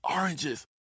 oranges